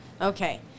Okay